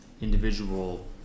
individual